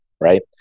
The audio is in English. right